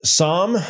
Psalm